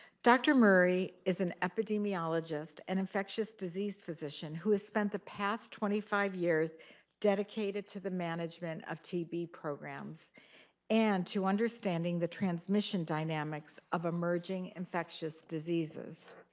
dr. murray is an epidemiologist, an infectious disease physician, who has spent the past twenty five years dedicated to the management of tb programs and to understanding the transmission dynamics of emerging infectious diseases.